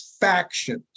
factions